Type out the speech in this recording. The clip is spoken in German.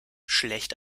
schlecht